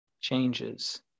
changes